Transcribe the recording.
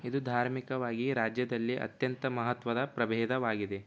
ಇದು ಧಾರ್ಮಿಕವಾಗಿ ರಾಜ್ಯದಲ್ಲಿ ಅತ್ಯಂತ ಮಹತ್ವದ ಪ್ರಬೇಧವಾಗಿದೆ